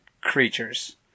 creatures